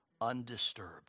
undisturbed